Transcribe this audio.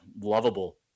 lovable